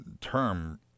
term